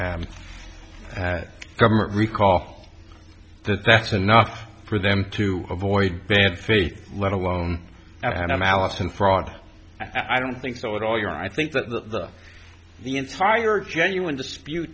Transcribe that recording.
the government recall that that's enough for them to avoid bad faith let alone and i'm allison fraud i don't think so at all you're i think that the the entire genuine dispute